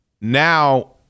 Now